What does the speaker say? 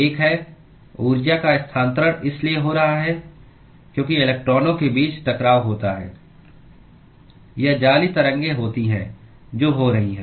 एक है ऊर्जा का स्थानांतरण इसलिए हो रहा है क्योंकि इलेक्ट्रॉनों के बीच टकराव होता है या जाली तरंगें होती हैं जो हो रही हैं